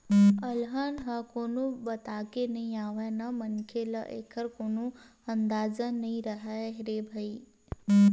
अलहन ह कोनो बताके नइ आवय न मनखे ल एखर कोनो अंदाजा नइ राहय रे भई